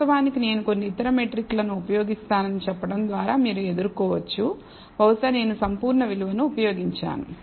వాస్తవానికి నేను కొన్ని ఇతర మెట్రిక్లను ఉపయోగిస్తానని చెప్పడం ద్వారా మీరు ఎదుర్కోవచ్చు బహుశా నేను సంపూర్ణ విలువను ఉపయోగించాను